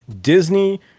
Disney